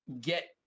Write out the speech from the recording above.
get